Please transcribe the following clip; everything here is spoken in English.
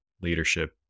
leadership